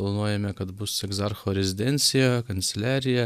planuojame kad bus egzarcho rezidencija kanceliarija